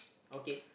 okay